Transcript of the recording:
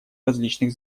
различных